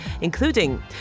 including